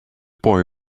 boy